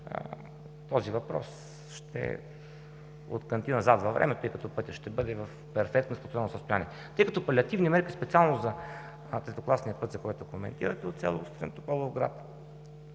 този въпрос ще откънти назад във времето, тъй като пътят ще бъде в перфектно функционално състояние. Палиативни мерки специално за третокласния път, за който коментирате, от село Устрем до Тополовград,